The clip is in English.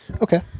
Okay